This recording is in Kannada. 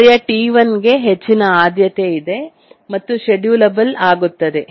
ಕಾರ್ಯ T1 ಗೆ ಹೆಚ್ಚಿನ ಆದ್ಯತೆ ಇದೆ ಮತ್ತು ಶೆಡ್ಯೂಲಬೆಲ್ ಆಗುತ್ತದೆ